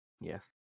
Yes